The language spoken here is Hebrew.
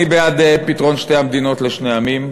אני בעד פתרון שתי מדינות לשני עמים,